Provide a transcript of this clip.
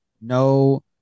no